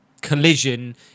collision